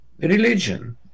religion